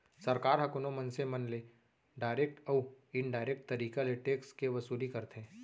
सरकार ह कोनो मनसे मन ले डारेक्ट अउ इनडारेक्ट तरीका ले टेक्स के वसूली करथे